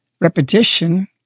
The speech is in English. repetition